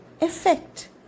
effect